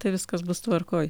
tai viskas bus tvarkoj